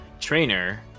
Trainer